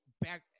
back